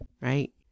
right